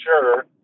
sure